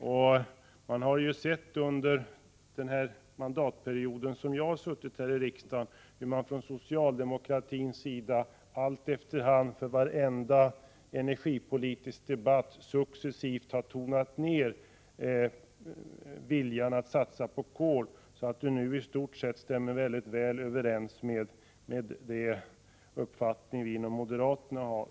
Jag har under den mandatperiod jag suttit här i riksdagen sett hur man från socialdemokratins sida efter varenda energipolitisk debatt successivt tonat ner talet om sin vilja att satsa på kol, så att uppfattningen nu stämmer väldigt väl överens med den uppfattning vi moderater har.